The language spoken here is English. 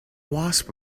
wasp